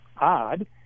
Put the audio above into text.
odd—